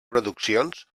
produccions